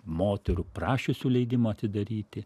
moterų prašiusių leidimo atidaryti